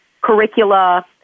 curricula